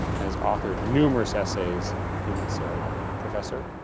and has authored numerous essays in this area. professor?